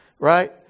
right